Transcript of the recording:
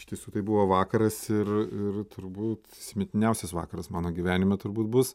iš tiesų tai buvo vakaras ir ir turbūt įsimintiniausias vakaras mano gyvenime turbūt bus